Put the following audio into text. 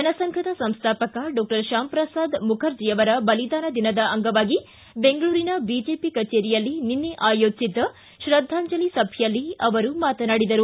ಜನಸಂಘದ ಸಂಸ್ವಾಪಕ ಡಾಕ್ಷರ್ ಶ್ಯಾಮಪ್ರಸಾದ ಮುಖರ್ಜಿಯವರ ಬಲಿದಾನ ದಿನದ ಅಂಗವಾಗಿ ಬೆಂಗಳೂರಿನ ಬಿಜೆಪಿ ಕಚೇರಿಯಲ್ಲಿ ನಿನ್ನೆ ಆಯೋಜಿಸಿದ್ದ ಶ್ರದ್ದಾಂಜಲಿ ಸಭೆಯಲ್ಲಿ ಅವರು ಮಾತನಾಡಿದರು